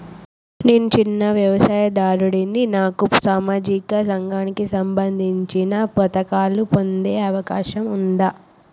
నేను చిన్న వ్యవసాయదారుడిని నాకు సామాజిక రంగానికి సంబంధించిన పథకాలు పొందే అవకాశం ఉందా?